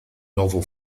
novel